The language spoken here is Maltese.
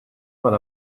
mal